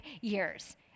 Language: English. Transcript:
years